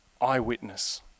Eyewitness